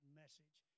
message